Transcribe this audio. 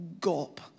gulp